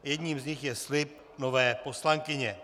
Jedním z nich je slib nové poslankyně.